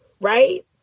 right